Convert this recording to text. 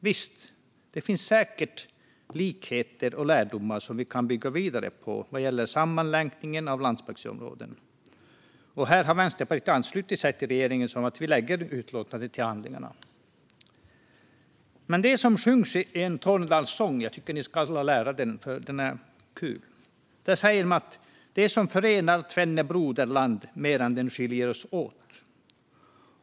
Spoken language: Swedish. Visst, det finns säkert likheter och lärdomar som vi kan bygga vidare på vad gäller sammanlänkning av landsbygdsområden, och här har Vänsterpartiet anslutit sig till regeringens förslag om att lägga utlåtandet till handlingarna. I en Tornedalssång som jag tycker att ni alla ska lära er, för den är kul, sjungs det om det som förenar tvenne broderland mer än det skiljer oss åt.